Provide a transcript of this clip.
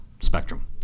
spectrum